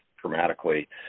dramatically